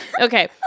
Okay